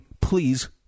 please